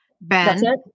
Ben